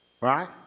Right